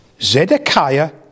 Zedekiah